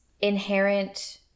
inherent